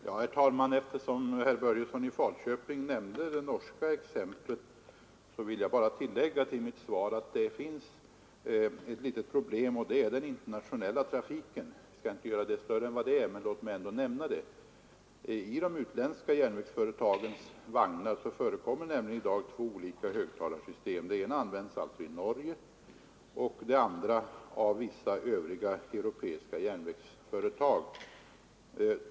Herr talman! Eftersom herr Börjesson i Falköping nämnde det norska exemplet vill jag bara tillägga till mitt svar att det finns ett litet problem och det är den internationella trafiken. Jag skall inte göra det större än vad det är, men låt mig ändå nämna det. I de utländska järnvägsföretagens vagnar förekommer två olika högtalarsystem. Det ena används i Norge och det andra inom vissa övriga europeiska järnvägsföretag.